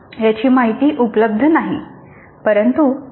याची माहिती उपलब्ध नाही